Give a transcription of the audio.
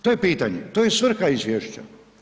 To je pitanje, to je svrha izvješća.